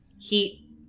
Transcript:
heat